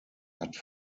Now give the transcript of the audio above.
hat